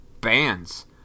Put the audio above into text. bands